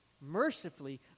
mercifully